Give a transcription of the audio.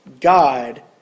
God